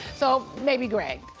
so maybe greg.